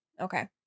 Okay